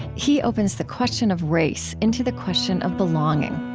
he opens the question of race into the question of belonging.